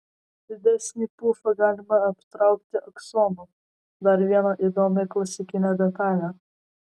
didesnį pufą galima aptraukti aksomu dar viena įdomi klasikinė detalė